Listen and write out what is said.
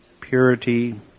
purity